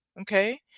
Okay